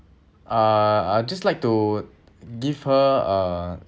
uh I just like to give her a